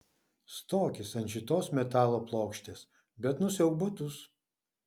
stokis ant šitos metalo plokštės bet nusiauk batus